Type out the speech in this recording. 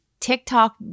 TikTok